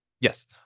Yes